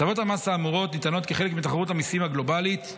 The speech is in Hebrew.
הטבות המס האמורות ניתנות כחלק מתחרות המיסים הגלובלית,